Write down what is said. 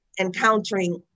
encountering